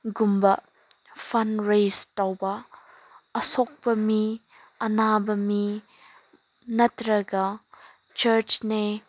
ꯒꯨꯝꯕ ꯐꯟ ꯔꯦꯁ ꯇꯧꯕ ꯑꯁꯣꯛꯄ ꯃꯤ ꯑꯅꯥꯕ ꯃꯤ ꯅꯠꯇ꯭ꯔꯒ ꯆꯔꯁꯅꯦ